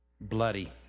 bloody